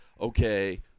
Okay